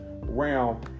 realm